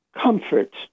comfort